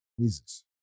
Jesus